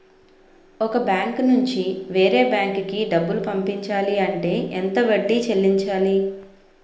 ఒక బ్యాంక్ నుంచి వేరే బ్యాంక్ కి డబ్బులు పంపించాలి అంటే ఎంత వడ్డీ చెల్లించాలి?